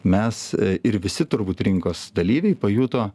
mes ir visi turbūt rinkos dalyviai pajuto